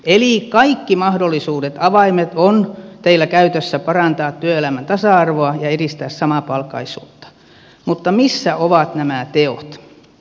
eli kaikki mahdollisuudet avaimet on teillä käytössä parantaa työelämän tasa arvoa ja edistää samapalkkaisuutta mutta missä ovat nämä teot